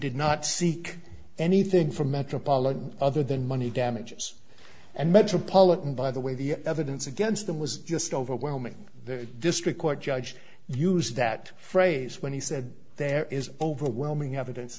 did not seek anything from metropolitan other than money damages and metropolitan by the way the evidence against them was just overwhelming the district court judge used that phrase when he said there is overwhelming evidence